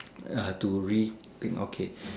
uh to rethink okay